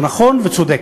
הוא נכון וצודק.